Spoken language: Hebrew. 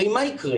הרי מה יקרה?